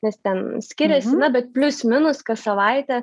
nes ten skiriasi na bet plius minus kas savaitę